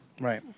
Right